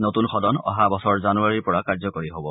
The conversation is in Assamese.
নতুন সদন অহা বছৰ জানুবাৰীৰ পৰা কাৰ্যকৰী হ'ব